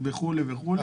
וכו'.